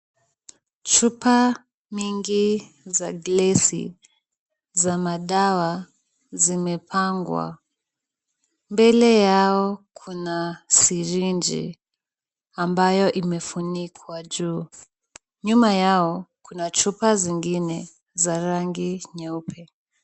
Chupa mingi za glesi za madawa zimepangwa. Mbele yao kuna sirinji ambayo imefunikwa juu. Nyuma yao kuna chupa zingine za rangi nyeupe.